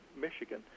Michigan